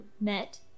met